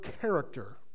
character